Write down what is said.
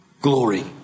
glory